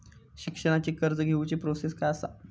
शिक्षणाची कर्ज घेऊची प्रोसेस काय असा?